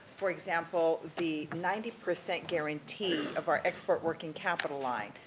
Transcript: for example, the ninety percent guarantee of our export working capital line.